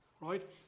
right